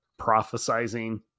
prophesizing